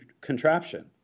Contraption